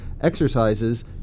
exercises